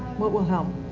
what will help?